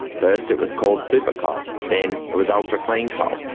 first it was called supercoal. then it was ultra clean coal.